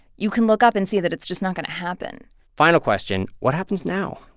you can look up and see that it's just not going to happen final question what happens now?